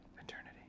Eternity